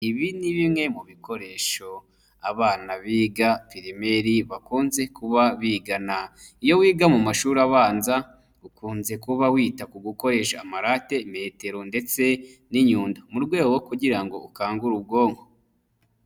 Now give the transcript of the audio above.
Ibi ni bimwe mu bikoresho, abana biga pirimeri bakunze kuba bigana, iyo wiga mu mashuri abanza, ukunze kuba wita ku gukoresha amarate, metero ndetse n'inyundo, mu rwego kugira ngo ukangure ubwonko.